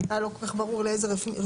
זה היה לא כל כך ברור לאיזה רשימה.